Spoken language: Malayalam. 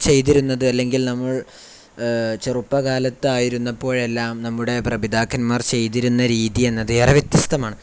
ചെയ്തിരുന്നത് അല്ലെങ്കിൽ നമ്മൾ ചെറുപ്പകാലത്തായിരുന്ന പ്പോഴെല്ലാം നമ്മുടെ പിതാക്കന്മാർ ചെയ്തിരുന്ന രീതിയെന്നത് ഏറെ വ്യത്യസ്തമാണ്